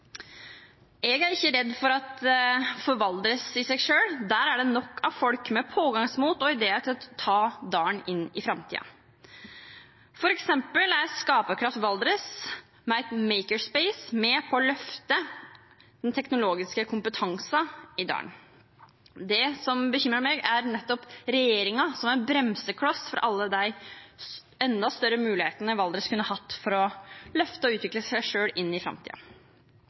Jeg er ikke redd for Valdres i seg selv. Der er det nok av folk med pågangsmot og ideer til å ta dalen inn i framtiden. For eksempel er Skaperkraft Valdres, med et «maker space», med på å løfte den teknologiske kompetansen i dalen. Det som bekymrer meg, er regjeringen som en bremsekloss for alle de enda større mulighetene Valdres kunne hatt for å løfte og utvikle seg selv inn i